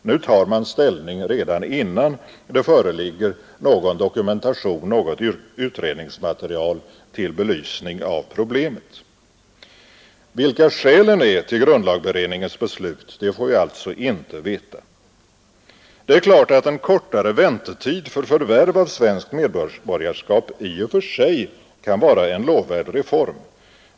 Nu tar man ställning redan innan det föreligger någon dokumentation, något utredningsmaterial, till belysning av problemet. Vilka skälen är till grundlagberedningens beslut får vi alltså inte veta. Det är klart att en kortare väntetid för förvärv av svenskt medborgarskap i och för sig kan vara en lovvärd reform.